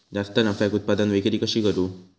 जास्त नफ्याक उत्पादन विक्री कशी करू?